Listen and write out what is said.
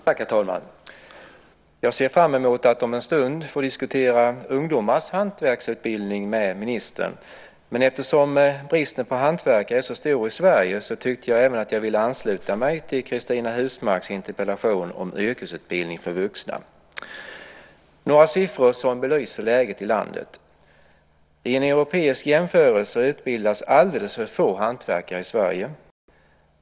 Herr talman! Jag ser fram emot att om en stund få diskutera ungdomars hantverksutbildning med ministern. Men eftersom bristen på hantverkare är så stor i Sverige tyckte jag även att jag ville ansluta mig till Cristina Husmark Pehrssons interpellation om yrkesutbildning för vuxna. Jag har några siffror som belyser läget i landet. I en europeisk jämförelse utbildas alldeles för få hantverkare i Sverige.